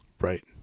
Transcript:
Right